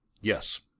Yes